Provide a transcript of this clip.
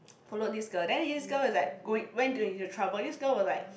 followed this girl then this girl is like going went into trouble this girl was like